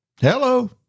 Hello